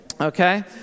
Okay